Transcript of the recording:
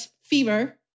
fever